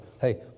Hey